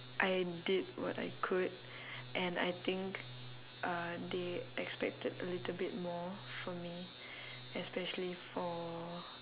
I did what I could and I think uh they expected a little bit more from me especially for